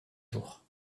jour